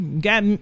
got